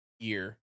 Year